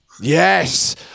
Yes